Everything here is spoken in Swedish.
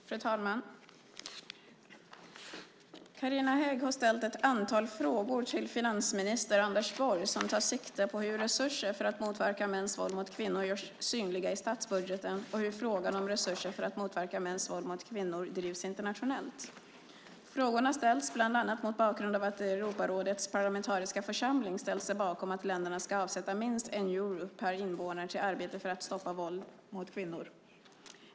Fru talman! Carina Hägg har ställt ett antal frågor till finansminister Anders Borg som tar sikte på hur resurser för att motverka mäns våld mot kvinnor görs synliga i statsbudgeten och hur frågan om resurser för att motverka mäns våld mot kvinnor drivs internationellt. Frågorna ställs bland annat mot bakgrund av att Europarådets parlamentariska församling ställt sig bakom att länderna ska avsätta minst 1 euro per invånare till arbetet för att stoppa våld mot kvinnor.